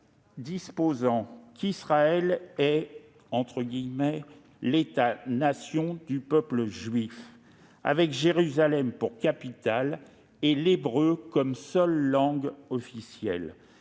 disposant qu'Israël est « l'État-nation du peuple juif », avec Jérusalem pour capitale et l'hébreu comme seule langue officielle.